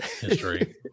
history